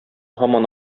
һаман